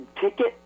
ticket